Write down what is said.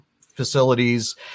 facilities